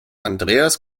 andreas